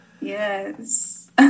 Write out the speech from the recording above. Yes